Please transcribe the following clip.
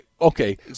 Okay